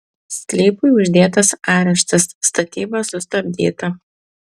sklypui uždėtas areštas statyba sustabdyta